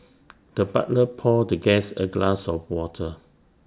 the butler poured the guest A glass of water